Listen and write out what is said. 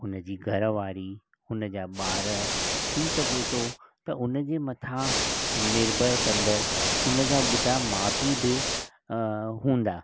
हुनजी घरवारी हुनजा ॿार थी सघे थो त हुनजे मथां निर्भर कंदड़ु हुनजा ॿुढा मां पीउ बि हूंदा